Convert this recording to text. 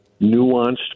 nuanced